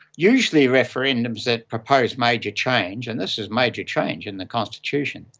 usually referendums that oppose major change, and this is major change in the constitution,